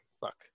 Fuck